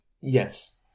Yes